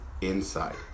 inside